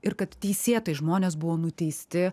ir kad teisėtai žmonės buvo nuteisti